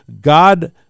God